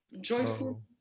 Joyful